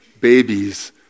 babies